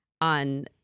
on